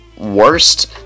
worst